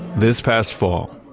this past fall,